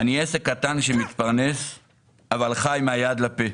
אני עסק קטן שמתפרנס אבל חי מהיד לפה.